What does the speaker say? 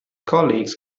colleagues